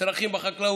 צרכים בחקלאות,